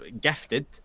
gifted